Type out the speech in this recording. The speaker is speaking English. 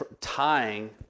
tying